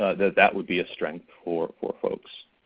that that would be a strength for for folks.